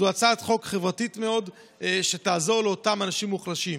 זאת הצעת חוק חברתית מאוד שתעזור לאותם אנשים מוחלשים.